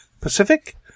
Pacific